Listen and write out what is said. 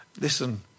Listen